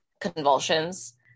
convulsions